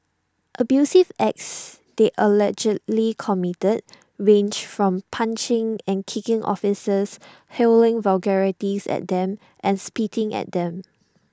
abusive acts they allegedly committed range from punching and kicking officers hurling vulgarities at them and spitting at them